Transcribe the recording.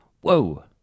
Whoa